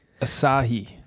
Asahi